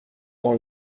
rends